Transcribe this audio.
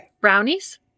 Brownies